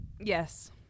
Yes